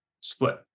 split